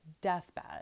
deathbed